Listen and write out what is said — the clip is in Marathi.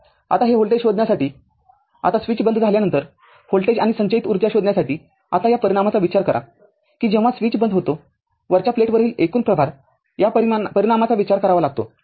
आताव्होल्टेज शोधण्यासाठी आता स्विच बंद झाल्यानंतर व्होल्टेज आणि संचयित ऊर्जा शोधण्यासाठी आता या परिणामाचा विचार करा कि जेव्हा स्विच बंद होतो वरच्या प्लेटवरील एकूण प्रभार या परिणामाचा विचार करावा लागतो